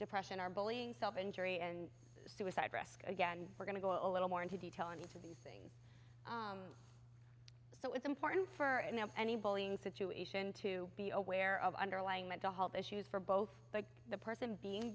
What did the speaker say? depression are bullying self injury and suicide risk again we're going to go a little more into detail in each of these so it's important for and any bowling situation to be aware of underlying mental health issues for both the person being